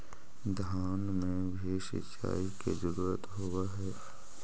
धान मे भी सिंचाई के जरूरत होब्हय?